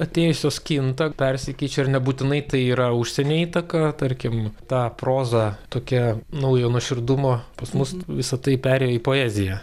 atėjusios kinta persikeičia ir nebūtinai tai yra užsienio įtaka tarkim ta proza tokia naujo nuoširdumo pas mus visa tai perėjo į poeziją